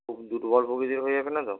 খুব দুর্বল প্রকৃতির হয়ে যাবে না তো